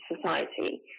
society